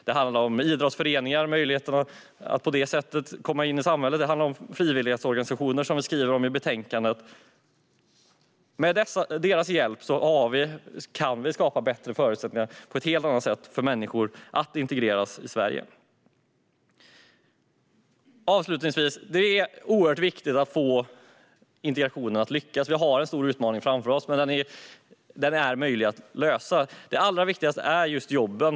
Det handlar om idrottsföreningar och möjligheten att genom dem komma in i samhället. Det handlar om frivilligorganisationer, som vi skriver om i betänkandet. Med deras hjälp kan vi skapa bättre förutsättningar för människor att på ett helt annat sätt integreras i Sverige. Det är oerhört viktigt att få integrationen att lyckas. Vi har en stor utmaning framför oss, men den är möjlig att ta sig an. Det allra viktigaste är jobben.